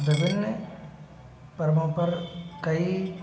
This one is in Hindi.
विभिन्न पर्वो पर कई